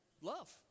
Love